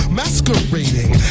masquerading